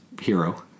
hero